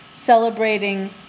celebrating